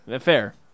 Fair